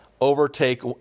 overtake